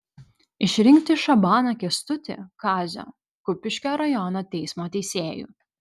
išrinkti šabaną kęstutį kazio kupiškio rajono teismo teisėju